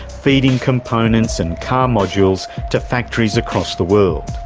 feeding components and car modules to factories across the world.